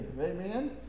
Amen